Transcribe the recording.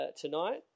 tonight